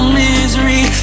misery